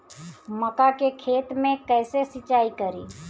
मका के खेत मे कैसे सिचाई करी?